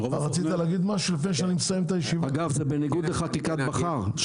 זה בניגוד לחקיקת בכר.